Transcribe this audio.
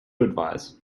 advise